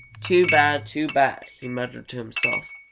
too bad! too bad! he muttered to himself.